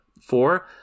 four